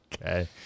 Okay